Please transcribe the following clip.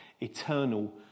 eternal